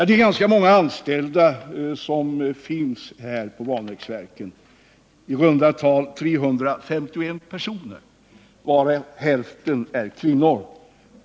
Det är ganska många anställda på Vanäsverken i Karlsborg, nämligen i runt tal 350 personer, varav hälften är kvinnor.